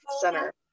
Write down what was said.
center